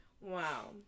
Wow